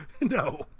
no